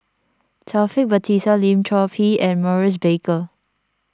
Taufik Batisah Lim Chor Pee and Maurice Baker